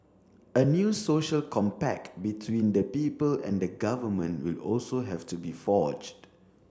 a new social compact between the people and the government will also have to be forged